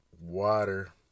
water